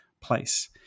place